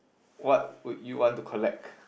what would you want to collect